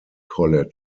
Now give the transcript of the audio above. college